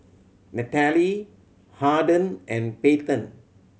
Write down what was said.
Nataly Harden and Payten